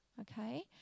okay